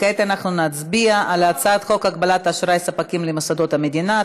כעת אנחנו נצביע על הצעת חוק הגבלת אשראי ספקים למוסדות המדינה,